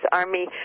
army